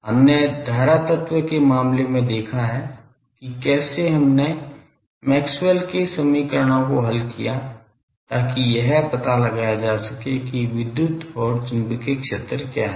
हमने धारा तत्व के मामले में देखा है कि कैसे हमने मैक्सवेल के समीकरणों को हल किया ताकि यह पता लगाया जा सके कि विद्युत और चुंबकीय क्षेत्र क्या हैं